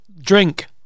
drink